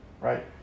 right